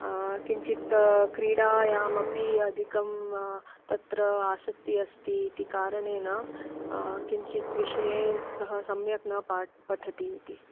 किञ्चित् क्रीडायाम् अपि अधिकं तत्र आसक्ति अस्ति इति कारणेन किञ्चित् विषये सः सम्यक् न पाठ् पठति इति